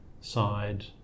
side